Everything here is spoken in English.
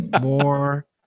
More